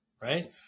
right